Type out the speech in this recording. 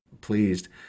pleased